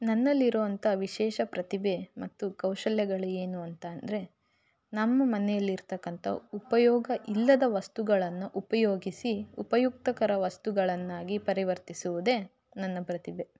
ನನ್ನಲ್ಲಿರೋಂಥ ವಿಶೇಷ ಪ್ರತಿಭೆ ಮತ್ತು ಕೌಶಲ್ಯಗಳು ಏನು ಅಂತ ಅಂದರೆ ನಮ್ಮ ಮನೇಲಿರತಕ್ಕಂಥ ಉಪಯೋಗ ಇಲ್ಲದ ವಸ್ತುಗಳನ್ನು ಉಪಯೋಗಿಸಿ ಉಪಯುಕ್ತಕರ ವಸ್ತುಗಳನ್ನಾಗಿ ಪರಿವರ್ತಿಸುವುದೇ ನನ್ನ ಪ್ರತಿಭೆ